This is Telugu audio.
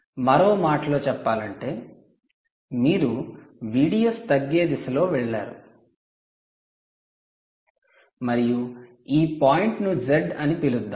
మరో మాటలో చెప్పాలంటే మీరు VDS తగ్గే దిశలో వెళ్ళారు మరియు ఈ పాయింట్ను z అని పిలుద్దాం